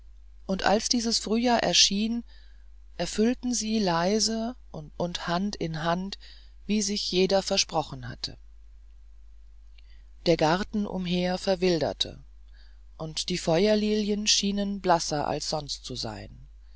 und als dieses frühjahr erschien erfüllten sie leise und hand in hand was sich jeder versprochen hatte der garten umher verwilderte und die feuerlilien schienen blasser als sonst zu sein